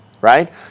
right